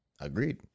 Agreed